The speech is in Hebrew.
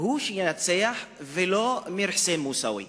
הוא שניצח, ולא מיר חוסיין מוסאווי,